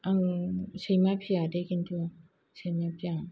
आं सैमा फियादे खिन्थु सैमा फिया आं